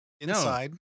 inside